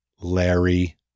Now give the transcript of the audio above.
Larry